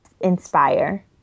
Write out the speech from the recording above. inspire